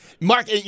Mark